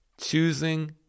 choosing